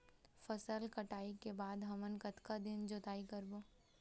फसल कटाई के बाद हमन कतका दिन जोताई करबो?